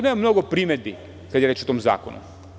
Nemam puno primedbi kada je reč o tom zakonu.